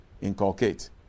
inculcate